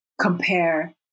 compare